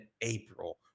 April